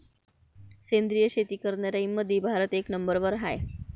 सेंद्रिय शेती करनाऱ्याईमंधी भारत एक नंबरवर हाय